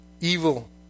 evil